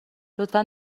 لطفا